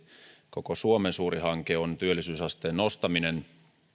koko suomen suuri hanke on työllisyysasteen nostaminen